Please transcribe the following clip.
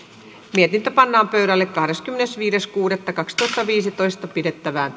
mietintö pannaan pöydälle kahdeskymmenesviides kuudetta kaksituhattaviisitoista pidettävään